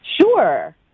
Sure